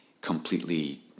completely